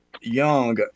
young